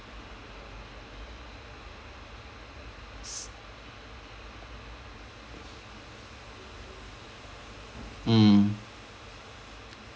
mm